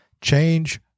Change